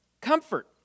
comfort